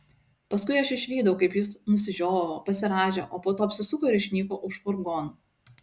paskui aš išvydau kaip jis nusižiovavo pasirąžė o po to apsisuko ir išnyko už furgonų